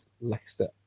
Leicester